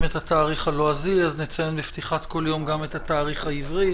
את התאריך הלועזי נציין בפתיחת כל יום גם את התאריך העברי.